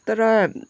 तर